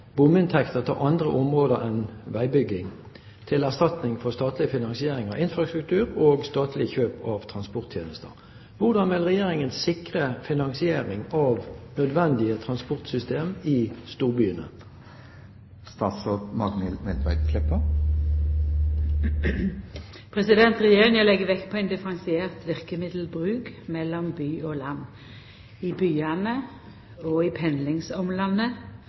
bominntekter til andre områder enn veibygging til erstatning for statlig finansiering av infrastruktur og statlig kjøp av transporttjenester. Hvordan vil Regjeringen sikre finansiering av nødvendig transportsystem i storbyene?» Regjeringa legg vekt på ein differensiert verkemiddelbruk mellom by og land. I byane og i pendlingsomlandet